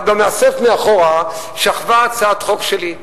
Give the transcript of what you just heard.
אבל במאסף מאחור שכבה הצעת חוק שלי,